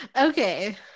Okay